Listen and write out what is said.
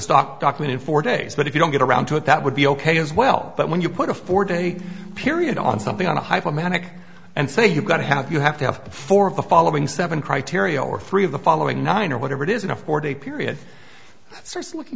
stockmen in four days but if you don't get around to it that would be ok as well but when you put a four day period on something on a hypomanic and say you've got to have you have to have four of the following seven criteria or three of the following nine or whatever it is in a four day period